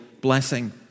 blessing